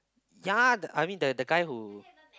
ya the I mean the the guy who